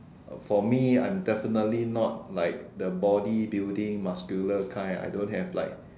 for me I'm definitely not like the body building muscular kind I don't have like